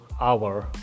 hour